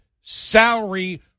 salary